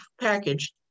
package